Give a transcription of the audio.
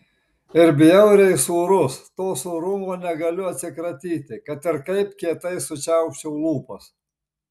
ir bjauriai sūrus to sūrumo negaliu atsikratyti kad ir kaip kietai sučiaupčiau lūpas